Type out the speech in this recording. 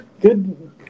good